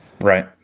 right